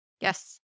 Yes